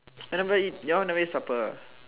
and never eat you all never eat supper ah